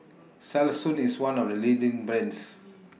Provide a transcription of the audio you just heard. Selsun IS one of The leading brands